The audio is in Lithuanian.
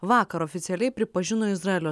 vakar oficialiai pripažino izraelio